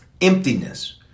emptiness